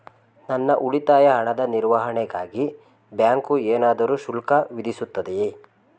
ನನ್ನ ಉಳಿತಾಯ ಹಣದ ನಿರ್ವಹಣೆಗಾಗಿ ಬ್ಯಾಂಕು ಏನಾದರೂ ಶುಲ್ಕ ವಿಧಿಸುತ್ತದೆಯೇ?